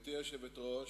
גברתי היושבת-ראש,